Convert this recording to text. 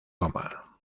goma